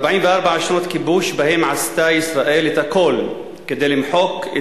44 שנות כיבוש שבהן עשתה ישראל את הכול כדי למחוק את